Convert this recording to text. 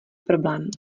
problém